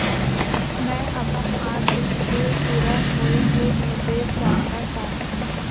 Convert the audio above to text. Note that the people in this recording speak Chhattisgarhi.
मैं अपन आर.डी के पूरा होये के निर्देश जानना चाहहु